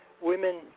women